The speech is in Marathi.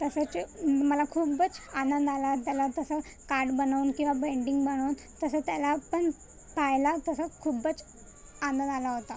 तसंच मला खूपच आनंद आला त्याला तसं काड बनवून किंवा पेंटींग बनवून तसं त्याला पण पाहिला तसं खूपच आनंद आला होता